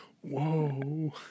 Whoa